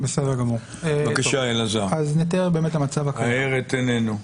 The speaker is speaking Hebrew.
בבקשה, אלעזר, האר את עינינו.